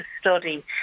study